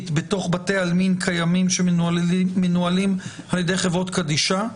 בתוך בתי עלמין קיימים שמנוהלים על-ידי חברות קדישא,